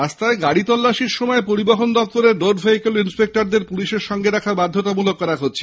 রাস্তায় গাড়ি তল্লাশির সময় পরিবহন দফতরের রোড ভেহিকল ইন্সপেক্টর দের পুলিশের সঙ্গে রাখা বাধ্যতামূলক করা হয়েছে